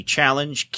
Challenge